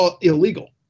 illegal